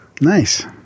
Nice